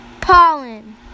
Pollen